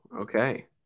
Okay